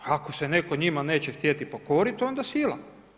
Ako se netko njima neće htjeti pokoriti, onda sila.